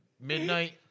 midnight